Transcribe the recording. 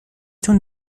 تون